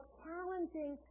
challenging